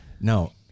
No